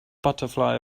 butterfly